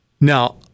Now